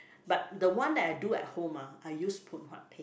but the one that I do at home ah I use Phoon Huat paste